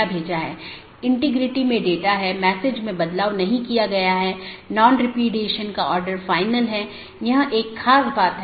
दोनों संभव राउटर का विज्ञापन करते हैं और infeasible राउटर को वापस लेते हैं